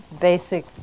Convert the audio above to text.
basic